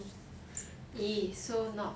!ee! so not